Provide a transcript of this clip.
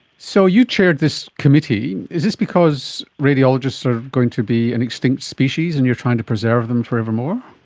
so you chaired this committee. is this because radiologists are going to be an extinct species and you're trying to preserve them for evermore?